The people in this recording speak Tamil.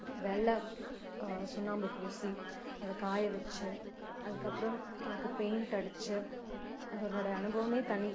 வெள்ளை சுண்ணாம்பு பூசி அதை காய வச்சு அதுக்கப்புறம் அதுக்கு பெயிண்டு அடித்து அதனோடய அனுபவமே தனி